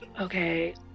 Okay